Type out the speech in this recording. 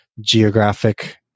geographic